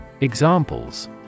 Examples